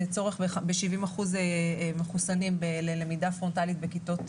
וצורך בשבעים אחוז מחוסנים ללמידה פרונטלית בכיתות